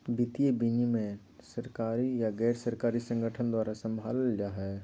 वित्तीय विनियमन सरकारी या गैर सरकारी संगठन द्वारा सम्भालल जा हय